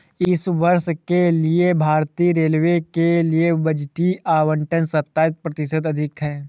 इस वर्ष के लिए भारतीय रेलवे के लिए बजटीय आवंटन सत्ताईस प्रतिशत अधिक है